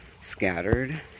scattered